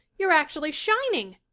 you're actually shining!